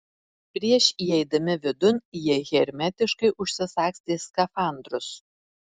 prieš įeidami vidun jie hermetiškai užsisagstė skafandrus